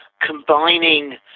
combining